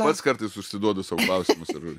pats kartais užsiduodu sau klausimus ir